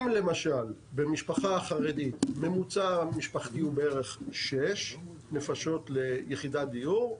אם למשל במשפחה חרדית ממוצע משפחתי הוא בערך 6 נפשות ליחידת דיור,